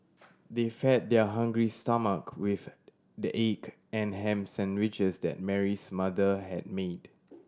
they fed their hungry stomach with the egg and ham sandwiches that Mary's mother had made